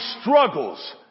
struggles